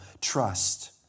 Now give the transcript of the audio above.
trust